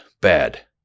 bad